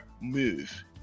move